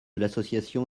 l’association